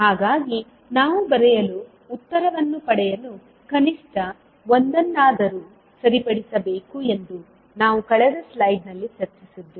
ಹಾಗಾಗಿ ನಾವು ಬರೆಯಲು ಉತ್ತರವನ್ನು ಪಡೆಯಲು ಕನಿಷ್ಠ ಒಂದನ್ನಾದರೂ ಸರಿಪಡಿಸಬೇಕು ಎಂದು ನಾವು ಕಳೆದ ಸ್ಲೈಡ್ನಲ್ಲಿ ಚರ್ಚಿಸಿದ್ದೇವೆ